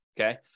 Okay